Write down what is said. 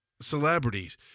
celebrities